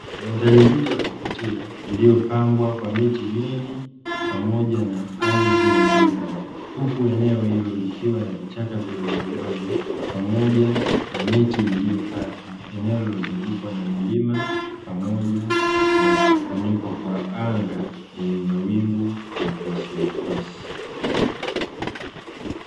Mandhari nzuri ya kuvutia iliyopambwa kwa miti mingi pamoja na ardhi yenye rutuba, huku eneo hilo likiwa na vichaka vidogo vidogo pamoja na miti iliyokatwa. Eneo lililo zungukwa na milima pamoja na kufunikwa kwa anga lenye mawingu mepesi mepesi.